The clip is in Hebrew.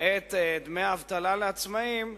את דמי האבטלה לעצמאים,